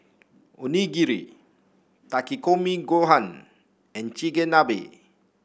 Onigiri Takikomi Gohan and Chigenabe